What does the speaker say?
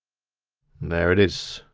there it is.